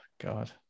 God